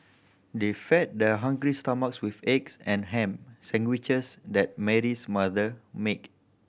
they fed their hungry stomachs with the egg and ham sandwiches that Mary's mother make